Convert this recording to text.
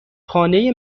خانه